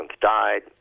died